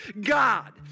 God